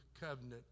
covenant